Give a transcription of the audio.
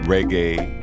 Reggae